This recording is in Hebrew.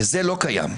וזה לא קיים.